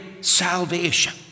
salvation